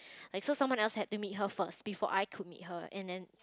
like so someone else had to meet her first before I could meet her and then